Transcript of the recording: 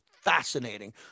fascinating